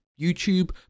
YouTube